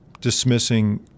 dismissing